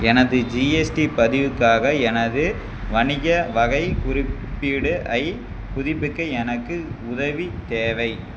எனது ஜிஎஸ்டி பதிவுக்காக எனது வணிக வகை குறிபீடு ஐ புதுப்பிக்க எனக்கு உதவி தேவை